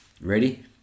Ready